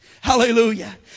Hallelujah